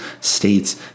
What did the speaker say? states